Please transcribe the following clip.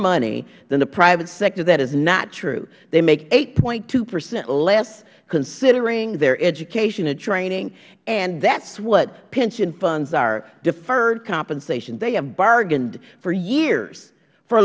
money than the private sector that is not true they make eight point two percent less considering their education and training and that is what pension funds are deferred compensations they have bargained for years for